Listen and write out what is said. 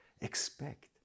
expect